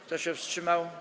Kto się wstrzymał?